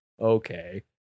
okay